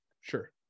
Sure